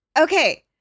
Okay